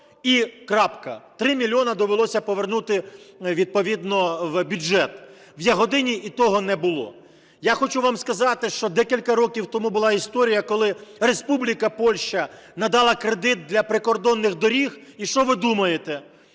і крапка, 3 мільйони довелося повернути відповідно в бюджет. В "Ягодині" і того не було. Я хочу вам сказати, що декілька років тому була історія, коли Республіка Польща надала кредит для прикордонних доріг. І що ви думаєте?